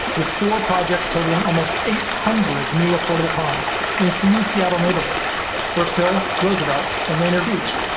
with four projects totaling almost eight hundred new affordable homes in three seattle neighborhoods first hill, roosevelt, and rainier beach,